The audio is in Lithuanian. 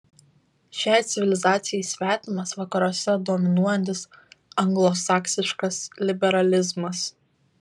šiai civilizacijai svetimas vakaruose dominuojantis anglosaksiškas liberalizmas